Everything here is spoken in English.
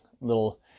little